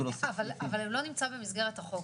להוסיף --- אבל הוא לא נמצא במסגרת החוק,